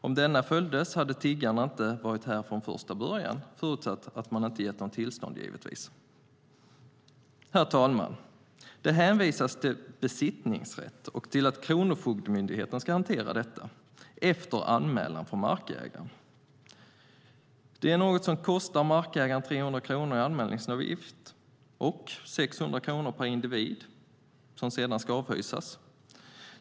Om denna hade följts hade tiggarna inte varit här från första början, förutsatt att de inte fått tillstånd, givetvis. Herr talman! Det hänvisas till besittningsrätt och till att Kronofogdemyndigheten ska hantera detta efter anmälan från markägaren. Det är något som kostar markägaren 300 kronor i anmälningsavgift och 600 kronor per individ som sedan ska avhysas.